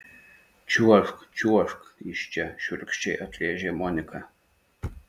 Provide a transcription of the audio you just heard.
čiuožk čiuožk iš čia šiurkščiai atrėžė monika